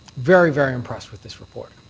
very, very impressed with this report.